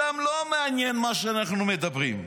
אותם לא מעניין מה שאנחנו מדברים.